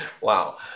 wow